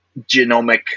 genomic